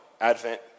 Advent